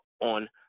on